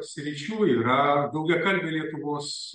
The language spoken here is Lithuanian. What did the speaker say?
sričių yra daugiakalbė lietuvos